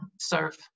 serve